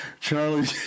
Charlie